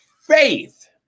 Faith